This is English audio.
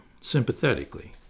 sympathetically